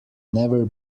never